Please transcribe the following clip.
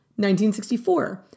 1964